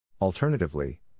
Alternatively